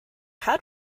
had